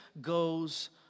goes